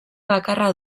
bakarra